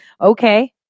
Okay